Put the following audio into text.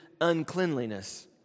uncleanliness